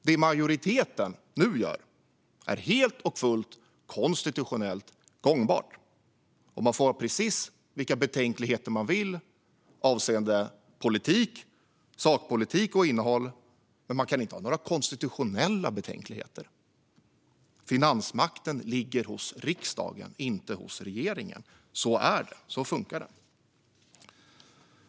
Det majoriteten nu gör är helt och fullt konstitutionellt gångbart. Man får ha precis vilka betänkligheter man vill avseende sakpolitik och innehåll, men man kan inte ha några konstitutionella betänkligheter. Finansmakten ligger hos riksdagen, inte hos regeringen. Så är det.